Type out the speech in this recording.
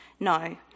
No